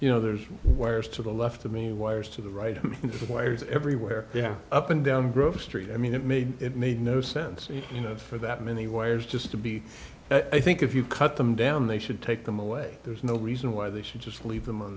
you know there's wires to the left of me wires to the right and just wires everywhere yeah up and down grove street i mean it made it made no sense you know for that many wires just to be i think if you cut them down they should take them away there's no reason why they should just leave them on